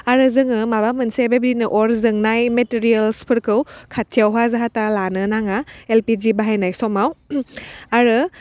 आरो जोङो माबा मोनसे बेबादिनो अर जोंनाय मेटिरियेलसफोरखौ खाथियावहा जाहा थाहा लानो नाङा एलपिजि बाहायनाय समाव आरो